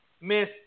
Miss